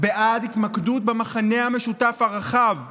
בעד התמקדות במכנה המשותף הרחב ביותר,